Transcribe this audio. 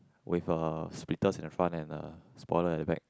with a speeders in front and a spoiler at the back